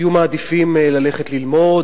היו מעדיפים ללכת ללמוד,